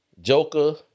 Joker